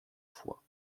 fois